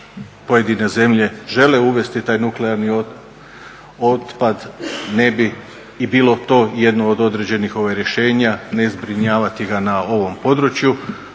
pojedine zemlje žele uvesti taj nuklearni otpad ne bi i bilo to jedno određenih rješenja, ne zbrinjavati ga na ovom području,